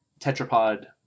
tetrapod